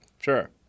Sure